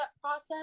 process